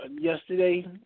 yesterday